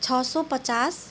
छ सय पचास